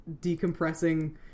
decompressing